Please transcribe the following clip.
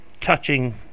touching